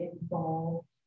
involved